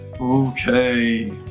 Okay